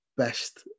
best